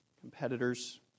competitors